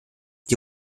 die